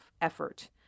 effort